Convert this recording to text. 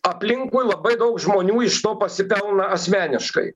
aplinkui labai daug žmonių iš to pasipelna asmeniškai